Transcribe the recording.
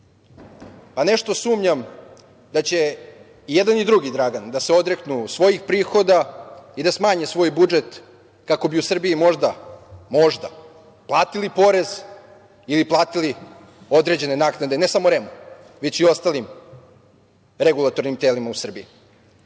Pa, nešto sumnjam da će i jedan i drugi Dragan da se odreknu svojih prihoda i da smanje svoj budžet kako bi u Srbiji možda platili porez ili platile određene naknade, ne samo REM-u već i ostalim regulatornim telima u Srbiji. Kada